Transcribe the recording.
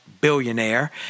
billionaire